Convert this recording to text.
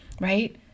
right